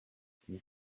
nous